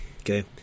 okay